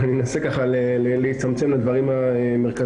אבל אני אנסה להצטמצם לדברים המרכזיים.